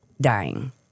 dying